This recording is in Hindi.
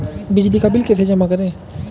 बिजली का बिल कैसे जमा करें?